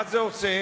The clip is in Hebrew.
מה זה עושה?